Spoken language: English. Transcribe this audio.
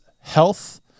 health